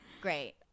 Great